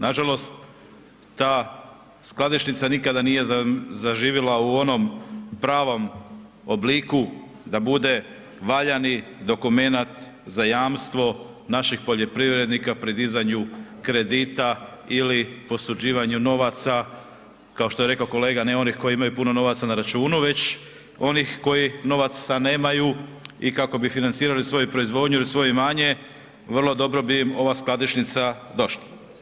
Nažalost, ta skladišnica nikada nije zaživjela u onom pravom obliku da bude valjani dokument za jamstvo našeg poljoprivrednika pri dizanju kredita ili posuđivanju novaca, kao što je rekao kolega ne onih koji imaju puno novaca na računu već onih koji novaca nemaju i kako bi financirali svoju proizvodnju ili svoje imanje, vrlo dobro bi im ova skladišnica došla.